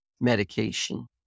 medication